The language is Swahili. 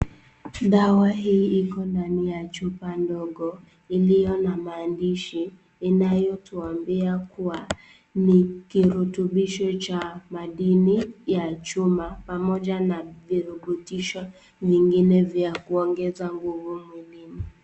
Dawa hii iko ndani ya chupa ndogo iliona maandishi inayotuambia kuwa ni kirutubisho cha madini ya chuma pamoja na virutubisho vingine vya kuongeza nguvu mwilini.